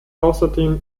außerdem